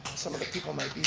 some of the people might